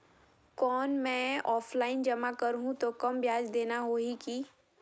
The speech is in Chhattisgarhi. कौन मैं ऑफलाइन जमा करहूं तो कम ब्याज देना होही की?